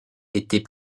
était